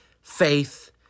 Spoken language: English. faith